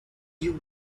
you